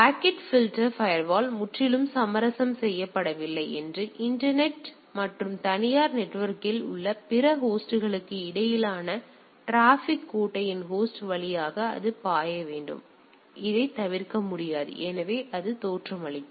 packet filter firewall முற்றிலும் சமரசம் செய்யப்படவில்லை மற்றும் இன்டர்நெட் மற்றும் தனியார் நெட்வொர்க்கில் உள்ள பிற ஹோஸ்ட்களுக்கு இடையிலான டிராபிக் கோட்டையின் ஹோஸ்ட் வழியாக பாய வேண்டும் அதைத் தவிர்க்க முடியாது எனவே அது தோற்றமளிக்கும்